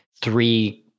three